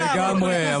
לגמרי,